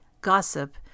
gossip